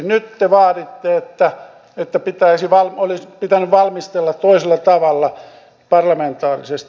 nyt te vaaditte että olisi pitänyt valmistella toisella tavalla parlamentaarisesti